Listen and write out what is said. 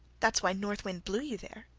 that's why north wind blew you there,